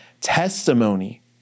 testimony